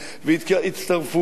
והצטרפו אחרים,